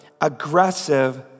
aggressive